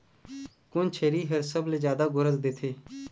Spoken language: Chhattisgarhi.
कोन छेरी हर सबले जादा गोरस देथे?